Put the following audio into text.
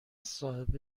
صاحب